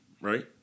right